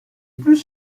plus